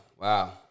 Wow